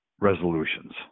resolutions